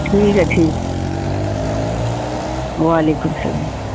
ٹھیک ہے ٹھیک وعلیکم سلام